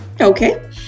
Okay